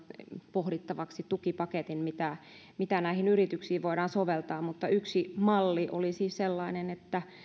pohdittavaksi tukipaketin mitä mitä näihin yrityksiin voidaan soveltaa yksi malli olisi